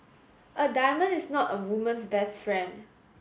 a diamond is not a woman's best friend